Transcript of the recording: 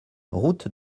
route